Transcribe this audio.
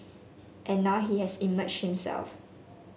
and now he has emerged himself